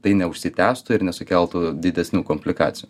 tai neužsitęstų ir nesukeltų didesnių komplikacijų